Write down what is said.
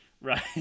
Right